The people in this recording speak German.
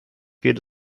geht